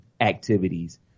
activities